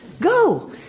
go